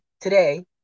today